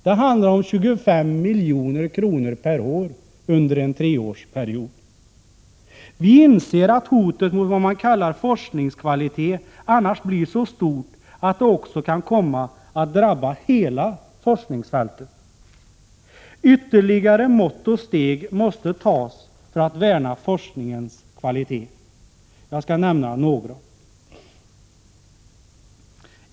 Det handlar om 25 milj.kr. per år under en treårsperiod. Vi inser att hotet mot det man kallar forskningskvalitet annars blir så stort att det kan komma att drabba hela forskningsfältet. Ytterligare mått och steg måste tas för att värna forskningens kvalitet. Jag skall nämna några.